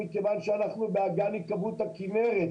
מכיוון שאנחנו בהתקרבות הכינרת,